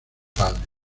padre